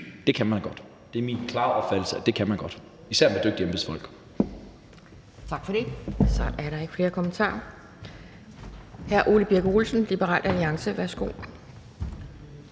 Det kan man godt. Det er min klare opfattelse, at det kan man godt – især med dygtige embedsfolk. Kl. 12:45 Anden næstformand (Pia Kjærsgaard): Tak for det. Så er der ikke flere kommentarer. Hr. Ole Birk Olesen, Liberal Alliance. Værsgo.